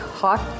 hot